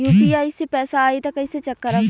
UPI से पैसा आई त कइसे चेक करब?